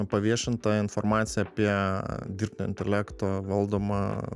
paviešinta informacija apie dirbtinio intelekto valdomą